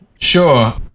Sure